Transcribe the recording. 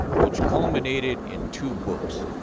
which culminated in two books,